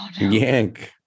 yank